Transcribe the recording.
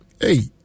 Hey